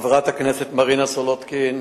חברת הכנסת מרינה סולודקין,